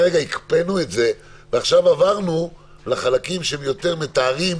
עכשיו עברנו לחלקים שהם יותר מתארים